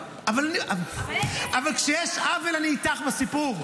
מי שרוצה לעבוד יוצא לעבוד, זה הכול.